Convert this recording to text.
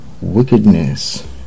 wickedness